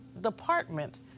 department